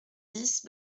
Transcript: dix